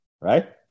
Right